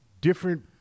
different